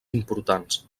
importants